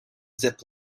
zip